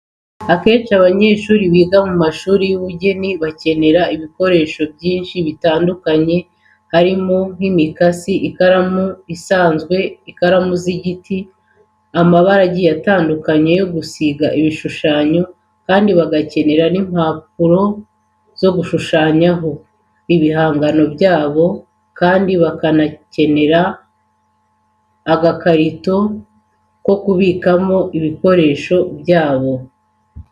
Akenshi abanyeshuri biga mu mashuri y'ubugeni bakenera ibikoresho byinshi bitandukanye harimo nk'imikasi, ikaramu isanzwe n'ikaramu z'ibiti, amabara agiye atandukanye yo gusiga ibishushanyo kandi bagakenera n'impapuro zo gushushanyaho ibihangano byabo kandi bakanakenera agakarito ko kubikamo ibikoresho byabo.